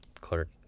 clerk